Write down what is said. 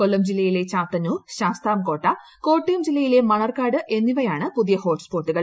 കൊല്ലം ജില്ലയിലെ ചാത്തന്നൂർ ശാസ്താംകോട്ട കോട്ടയം ജില്ലയിലെ മണർക്കാട് എന്നിവയാണ് പുതിയ ഹോട്ട് സ്പോട്ടുകൾ